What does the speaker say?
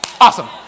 Awesome